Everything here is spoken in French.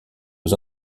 aux